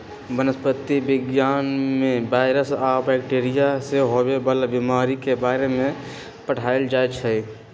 वनस्पतिरोग विज्ञान में वायरस आ बैकटीरिया से होवे वाला बीमारी के बारे में पढ़ाएल जाई छई